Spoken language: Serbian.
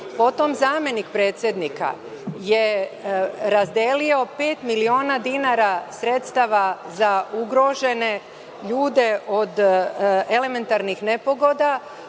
tender. Potom, zamenik predsednika je razdelio pet miliona dinara sredstava za ugrožene ljude od elementarnih nepogoda.